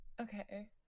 Okay